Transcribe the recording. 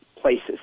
places